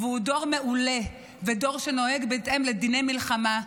והוא דור מעולה ודור שנוהג בהתאם לדיני מלחמה.